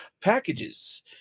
packages